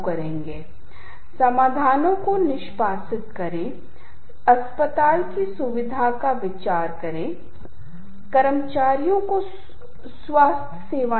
आप पाएंगे कि इस समय उदासी का तत्व है जहां काफी विशिष्ट हैं दूसरी तरफ हम विराम देते हैं और हम अंत की ओर बढ़ते हैं और आप पाते हैं कि संगीत का अर्थ बहुत अलग है हालांकि नोट समान हैं और टेम्पो की गति के कारण समान तरीके से चले जा रहे हैं